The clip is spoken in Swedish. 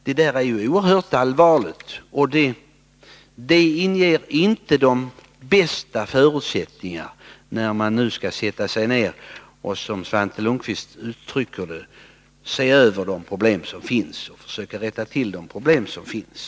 Detta är ju oerhört allvarligt, och det skapar inte de bästa förutsättningarna när man nu i utredningen skall, som Svante Lundkvist utrycker det, försöka lösa de problem som finns.